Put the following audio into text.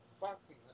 boxing